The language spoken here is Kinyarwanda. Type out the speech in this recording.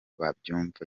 babyumva